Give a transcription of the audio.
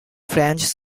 franz